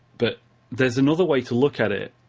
but there's another way to look at it,